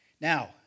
Now